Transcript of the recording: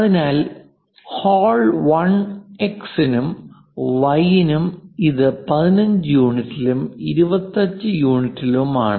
അതിനാൽ ഹോൾ 1 എക്സ് നും വൈ നും ഇത് 15 യൂണിറ്റിലും 25 യൂണിറ്റിലുമാണ്